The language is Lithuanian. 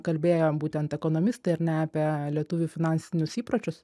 kalbėjo būtent ekonomistai ar ne apie lietuvių finansinius įpročius